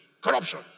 Corruption